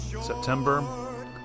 September